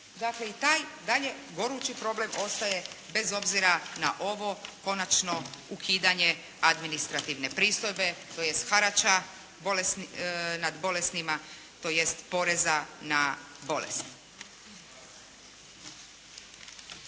Dakle, i taj dalje gorući problem ostaje bez obzira na ovo konačno ukidanje administrativne pristojbe koje jest harača nad bolesnima tj. poreza na bolest.